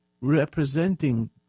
representing